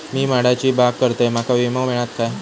मी माडाची बाग करतंय माका विमो मिळात काय?